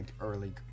early